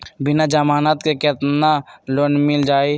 बिना जमानत के केतना लोन मिल जाइ?